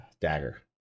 dagger